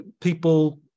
people